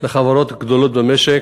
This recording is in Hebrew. לחברות גדולות במשק,